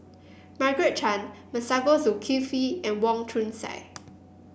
Margaret Chan Masagos Zulkifli and Wong Chong Sai